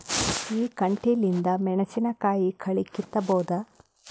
ಈ ಕಂಟಿಲಿಂದ ಮೆಣಸಿನಕಾಯಿ ಕಳಿ ಕಿತ್ತಬೋದ?